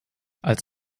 als